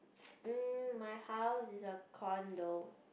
mm my house is a condo